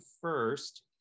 first